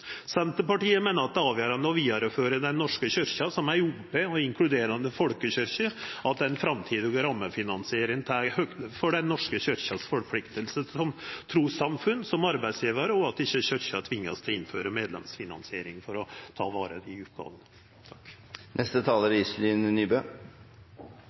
Senterpartiet meiner at det er avgjerande for å føra vidare Den norske kyrkja som ei open og inkluderande folkekyrkje at den framtidige rammefinansieringa tek høgd for forpliktingane til Den norske kyrkja som trussamfunn, som arbeidsgjevar, og at Kyrkja ikkje vert tvinga til å innføra medlemsfinansiering for å